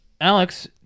Alex